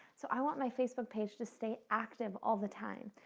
so i want my facebook page to stay active all the time,